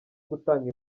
gutanga